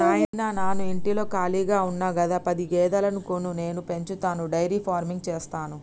నాయిన నాను ఇంటిలో కాళిగా ఉన్న గదా పది గేదెలను కొను నేను పెంచతాను డైరీ ఫార్మింగ్ సేస్తాను